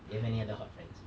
you have any other hot friends